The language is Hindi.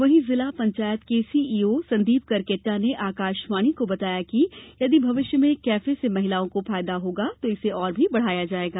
वहीं जिला पंचायत के सीईओ संदीप करकेट्टा ने आकाशवाणी बताया है कि यदि भविष्य में कैफे से महिलाओं को फायदा होगा तो इसे और भी बढ़ाया जाएगा